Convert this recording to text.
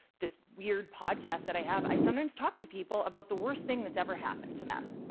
this weird podcast that i have, i sometimes talk to people about the worst thing that's ever happened to them.